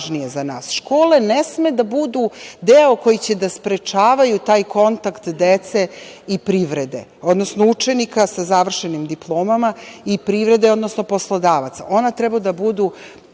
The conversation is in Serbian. nas. Škole ne smeju da budu deo koji će da sprečavaju taj kontakt dece i privrede, odnosno učenika sa završenim diplomama i privrede, odnosno poslodavaca. One treba da budu